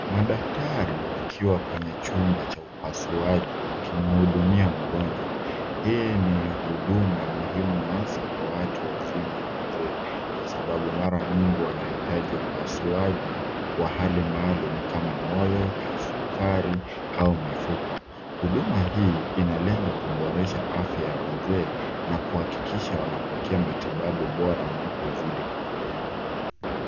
Madaktari wakiwa kwenye chumba cha upasuaji wakimhudumia mgonjwa, hii ni huduma muhimu hasaa kwa watu wazima na wazee kwa sababu mara nyingi wanahitaji upasuaji wa hali maalum kama moyo, kisukari au mifupa .Huduma hii inalenga kuboresha afya ya wazee, na kuhakikisha kuwa wanapokea huduma bora wanapozidi kuzeeka.